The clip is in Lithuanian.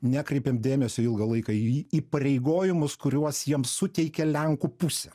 nekreipėm dėmesio ilgą laiką į įpareigojimus kuriuos jiem suteikė lenkų pusė